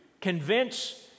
convince